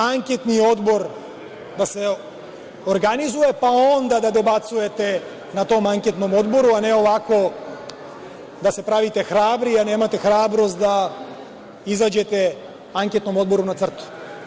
Anketni odbor da se organizuje pa onda da dobacujete na tom anketnom odboru, a ne ovako da se pravite hrabri, jer nemate hrabrost da izađete anketnom odboru na crtu.